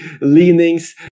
leanings